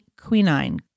quinine